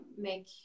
make